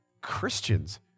Christians